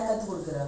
nobody